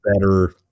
better